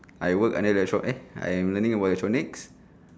I work under the shop eh I am learning about electronics